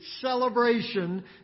celebration